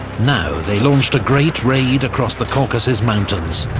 now they launched a great raid across the caucasus mountains,